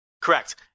Correct